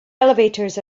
elevators